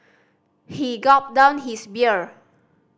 he gulped down his beer